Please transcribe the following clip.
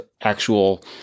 actual